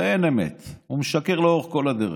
הרי אין אמת, הוא משקר לאורך כל הדרך.